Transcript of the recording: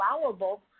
allowable